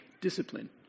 discipline